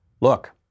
look